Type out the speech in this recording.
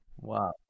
Wow